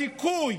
הסיכוי